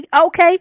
Okay